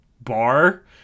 bar